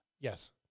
Yes